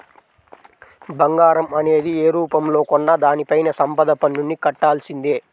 బంగారం అనేది యే రూపంలో కొన్నా దానిపైన సంపద పన్నుని కట్టాల్సిందే